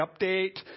update